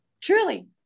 Truly